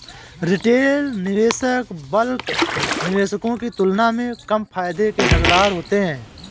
retail निवेशक bulk निवेशकों की तुलना में कम फायदे के हक़दार होते हैं